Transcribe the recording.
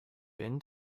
ever